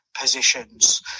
positions